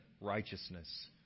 righteousness